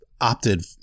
opted